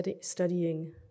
studying